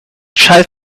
child